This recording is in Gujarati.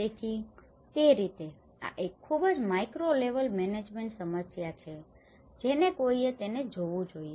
તેથી તે રીતે આ એક ખૂબ જ માઇક્રો લેવલ મેનેજમેન્ટ સમસ્યાઓ છે જેને કોઈએ તેને જોવું જોઈએ